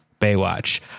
Baywatch